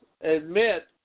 admit